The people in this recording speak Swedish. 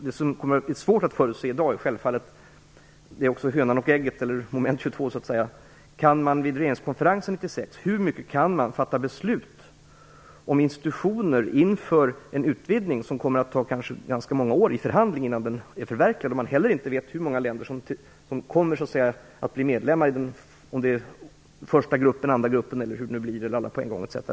Det som i dag blir svårt att förutse är - och det är litet grand av "hönan och ägget" eller ett Moment 22 - hur mycket man vid regeringskonferensen kan fatta beslut om institutioner inför en utvidgning som kanske kommer att kräva ganska många år av förhandling innan den är förverkligad. Man vet ju heller inte hur många länder som kommer att bli medlemmar. Blir det en första grupp eller en andra grupp, eller blir det alla på en gång etc.?